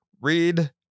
read